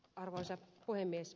arvoisa puhemies